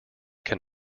can